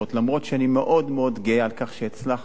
אף-על-פי שאני מאוד גאה על כך שהצלחנו,